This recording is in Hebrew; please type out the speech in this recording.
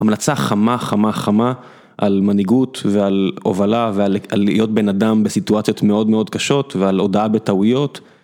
המלצה חמה חמה חמה על מנהיגות ועל הובלה ועל להיות בן אדם בסיטואציות מאוד מאוד קשות ועל הודאה בטעויות.